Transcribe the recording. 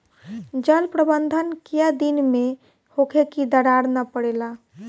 जल प्रबंधन केय दिन में होखे कि दरार न परेला?